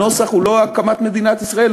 הנוסח הוא לא הקמת מדינת ישראל,